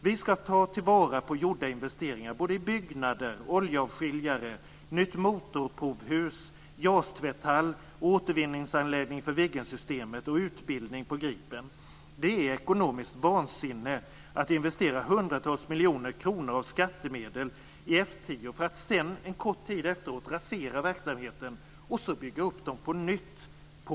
Vi ska ta vara på gjorda investeringar i både byggnader, oljeavskiljare, nytt motorprovhus, JAS-tvätthall och återvinningsanläggning för Viggensystemet och utbildning på Gripen. Det är ekonomiskt vansinne att investera hundratals miljoner kronor av skattemedel i F 10 för att en kort tid efteråt rasera verksamheten och bygga upp den på nytt på